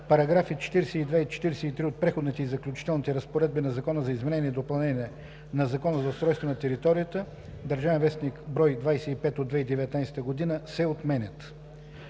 Параграфи 42 и 43 от преходните и заключителните разпоредби на Закона за изменение и допълнение на Закона за устройство на територията (ДВ, бр. 25 от 2019 г.) се отменят.“